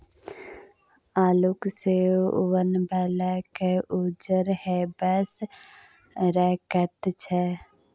आलूक सेवन बालकेँ उज्जर हेबासँ रोकैत छै